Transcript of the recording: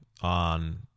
on